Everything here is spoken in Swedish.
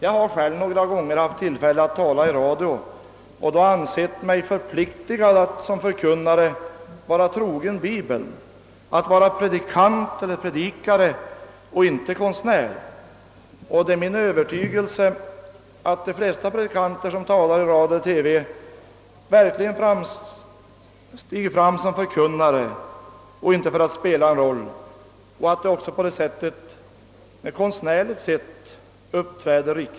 Jag har själv haft tillfälle att några gånger tala i radio, och då har jag ansett mig skyldig att som förkunnare vara trogen Bibeln, att vara predikare, inte konstnär. Det är också min övertygelse att de flesta predikanter som talar i radio och TV gör det som förkunnare, inte för att spela en roll, och att de därigenom också uppträder riktigt konstnärligt sett.